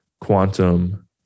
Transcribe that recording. quantum